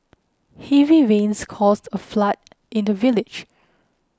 heavy rains caused a flood in the village